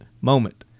Moment